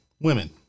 Women